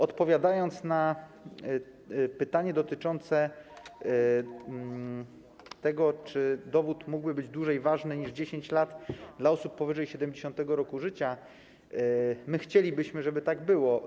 Odpowiadając na pytanie dotyczące tego, czy dowód mógłby być ważny dłużej niż 10 lat dla osób powyżej 70. roku życia, powiem, że chcielibyśmy, żeby tak było.